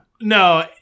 No